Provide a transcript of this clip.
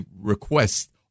request